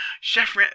Chef